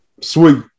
sweet